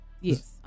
Yes